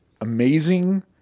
amazing